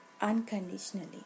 unconditionally